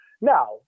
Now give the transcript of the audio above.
Now